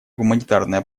гуманитарное